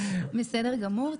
בסדר גמור.